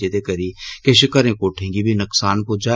जेह्दे करी किश घरें कोठे गी नुक्सान पुज्जा